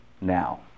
now